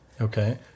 Okay